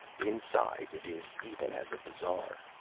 inside it is even as a bazaar.